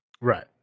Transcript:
Right